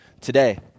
today